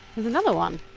there's another one!